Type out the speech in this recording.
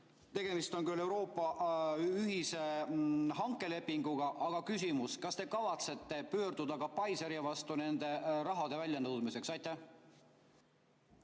Tegemist on küll Euroopa ühise hankelepinguga, aga küsimus: kas te kavatsete pöörduda ka Pfizeri vastu nende rahade väljanõudmiseks? Aitäh,